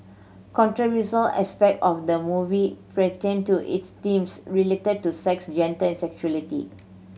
controversial aspect of the movie pertained to its themes related to sex gender and sexuality